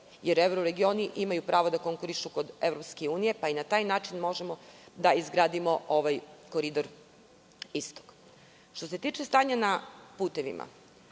jer evroregioni imaju pravo da konkurišu kod EU, pa i na taj način možemo da izgradimo Koridor Istok. Što se tiče stanja na putevima,